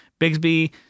Bigsby